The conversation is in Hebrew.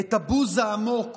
את הבוז העמוק